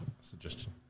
suggestion